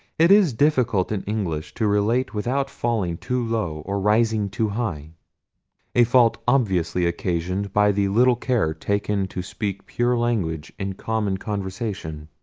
it is difficult in english to relate without falling too low or rising too high a fault obviously occasioned by the little care taken to speak pure language in common conversation.